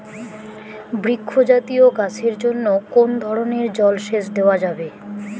বৃক্ষ জাতীয় গাছের জন্য কোন ধরণের জল সেচ দেওয়া যাবে?